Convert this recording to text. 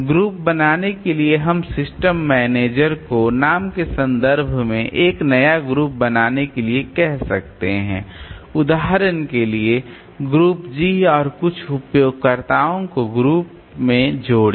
group बनाने के लिए हम सिस्टम मैनेजर को नाम के संदर्भ में एक नया ग्रुप बनाने के लिए कह सकते हैं उदाहरण के लिए ग्रुप G और कुछ उपयोगकर्ताओं को ग्रुप में जोड़ें